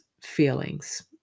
feelings